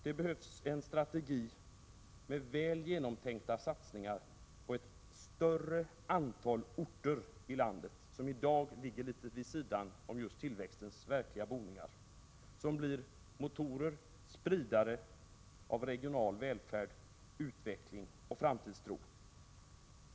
Det behövs en strategi med väl genomtänkta satsningar på ett större antal orter i landet som i dag ligger litet vid sidan om just tillväxtens verkliga boningar. Dessa blir motorer och spridare av regional välfärd, utveckling och framtidstro.